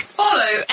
follow